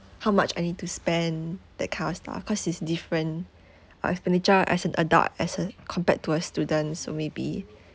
how much I need to spend that kind of stuff cause it's different I've always been a job as an adult as uh compared to a student so maybe